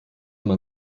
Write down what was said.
man